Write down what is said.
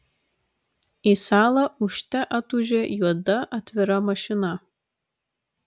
į salą ūžte atūžė juoda atvira mašina